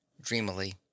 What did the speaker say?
Dreamily